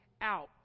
out